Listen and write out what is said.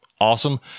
awesome